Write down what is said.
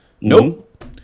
nope